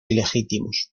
ilegítimos